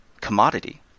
commodity